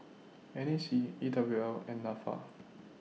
N A C E W L and Nafa